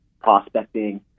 prospecting